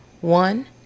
One